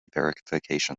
verification